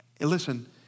Listen